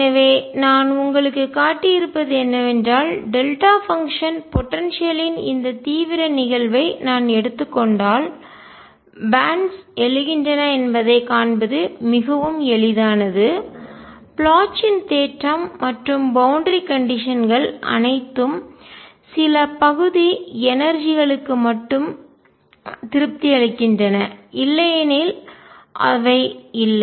எனவே நான் உங்களுக்குக் காட்டியிருப்பது என்னவென்றால் டெல்டா பங்ஷன் போடன்சியல்லின் ஆற்றல் இந்த தீவிர நிகழ்வை நான் எடுத்துக் கொண்டால் பேன்ட்ஸ் பட்டைகள் எழுகின்றன என்பதைக் காண்பது மிகவும் எளிதானது ப்ளாச்சின் தேற்றம் மற்றும் பவுண்டரி கண்டிஷன்கள் எல்லை நிபந்தனை அனைத்தும் சில பகுதி எனர்ஜி களுக்கு ஆற்றல் மட்டுமே திருப்தி அளிக்கின்றன இல்லையெனில் அவை இல்லை